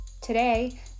Today